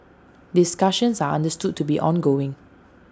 discussions are understood to be ongoing